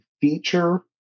feature